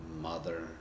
Mother